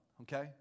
okay